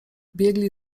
biegli